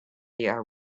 are